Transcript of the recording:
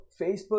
Facebook